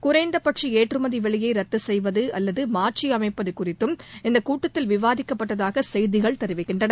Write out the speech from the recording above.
குறைந்தபட்ச ஏற்றுமதி விலையை ரத்து செய்வது அல்லது மாற்றியமைப்பது குறித்தும் இந்தக் கூட்டத்தில் விவாதிக்கப்பட்டதாக செய்திகள் தெரிவிக்கின்றன